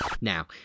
Now